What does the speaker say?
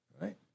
Right